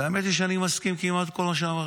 והאמת היא שאני מסכים כמעט עם כל מה שאמרת.